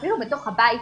אפילו בתוך הבית,